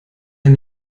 ein